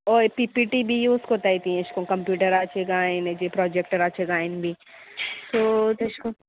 ओय पीपीटी बी यूज कोत्ताय ती एश कोन कंप्युटराचे काय नाजे प्रोजेक्टराचे कायन बी सो तेश कोन